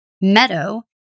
meadow